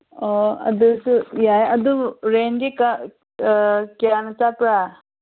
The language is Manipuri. ꯑꯣ ꯑꯗꯨꯁꯨ ꯌꯥꯏ ꯑꯗꯨ ꯔꯦꯟꯗꯤ ꯀꯌꯥꯅ ꯆꯠꯄ꯭ꯔ